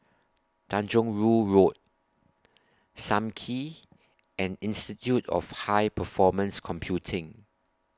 Tanjong Rhu Road SAM Kee and Institute of High Performance Computing